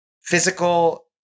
physical